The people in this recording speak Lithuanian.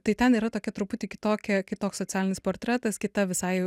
tai ten yra tokia truputį kitokia kitoks socialinis portretas kita visai